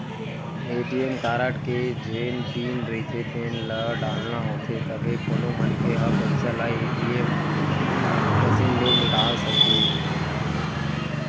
ATM card के जेन PIN रहिथे तेन ल डालना होथे तभे कोनो मनखे ह पइसा ल ए.टी.एम मसीन ले निकाले सकही